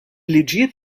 liġijiet